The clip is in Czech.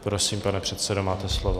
Prosím, pane předsedo, máte slovo.